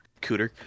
Cooter